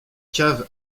cave